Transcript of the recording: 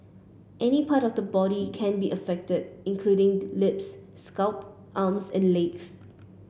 any part of the body can be affected including lips scalp arms and legs